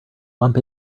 bump